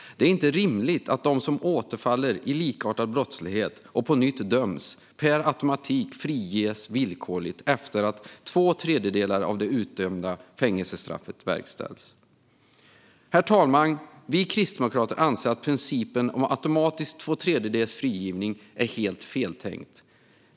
Det är inte rimligt att de som återfaller i likartad brottslighet och på nytt döms per automatik friges villkorligt efter att två tredjedelar av det utdömda fängelsestraffet verkställts. Herr talman! Vi kristdemokrater anser att principen om automatisk villkorlig frigivning efter att den dömde avtjänat två tredjedelar av sitt straff är helt feltänkt.